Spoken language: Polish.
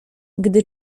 gdy